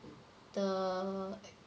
the